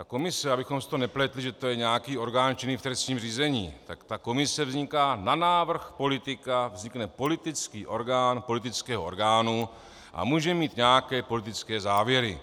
Komise, abychom si to nepletli, že to je nějaký orgán činný v trestním řízení, tak ta komise vzniká na návrh politika, vznikne politický orgán politického orgánu a může mít nějaké politické závěry.